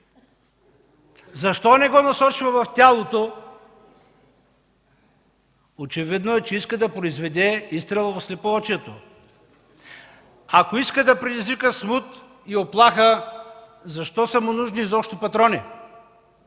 Защо не го насочва в тялото? Очевидно е, че иска да произведе изстрел в слепоочието. Ако иска да предизвика смут и уплаха, защо са му нужни изобщо патрони?